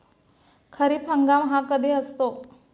खरीप हंगाम हा कधी असतो?